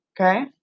okay